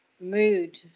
mood